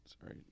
Sorry